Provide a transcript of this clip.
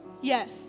Yes